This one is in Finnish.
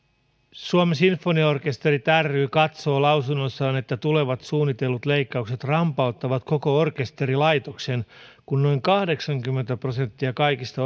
suomen sinfoniaorkesterit ry katsoo lausunnossaan että tulevat suunnitellut leikkaukset rampauttavat koko orkesterilaitoksen kun noin kahdeksankymmentä prosenttia kaikista